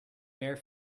bare